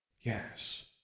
Yes